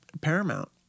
paramount